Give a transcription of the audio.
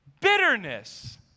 bitterness